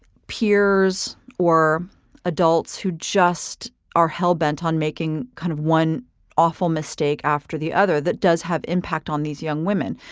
peers or adults who just are hell bent on making kind of one awful mistake after the other that does have impact on these young women.